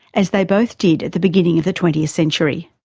as they both did at the beginning of the twentieth century.